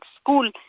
school